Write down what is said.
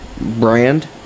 brand